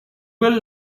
will